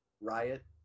Riot